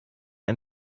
ein